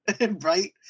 right